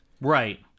Right